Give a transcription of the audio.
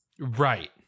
Right